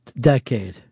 decade